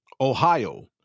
Ohio